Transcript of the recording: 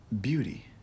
beauty